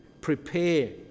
prepare